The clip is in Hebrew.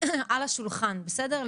על השולחן, בסדר?